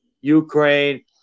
Ukraine